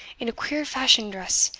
in a queer-fashioned dress,